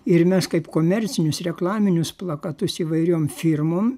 ir mes kaip komercinius reklaminius plakatus įvairiom firmom